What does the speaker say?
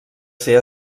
ser